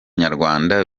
nyarwanda